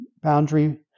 boundary